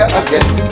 again